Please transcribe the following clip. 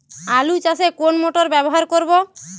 আলু চাষে কোন মোটর ব্যবহার করব?